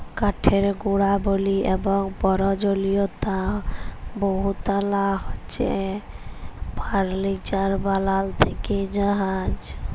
কাঠের গুলাবলি এবং পরয়োজলীয়তা বহুতলা আছে ফারলিচার বালাল থ্যাকে জাহাজ